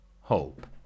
hope